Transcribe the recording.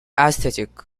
aesthetic